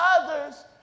others